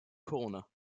corner